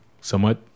somewhat